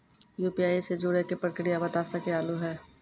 UPI से जुड़े के प्रक्रिया बता सके आलू है?